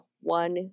one